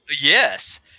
Yes